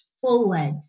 forward